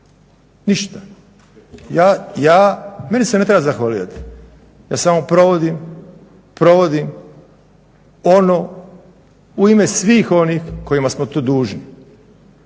ništa. Ja, meni se ne treba zahvaljivati. Ja samo provodim ono u ime svih onih kojima smo to dužni.